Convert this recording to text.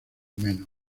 menos